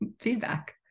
feedback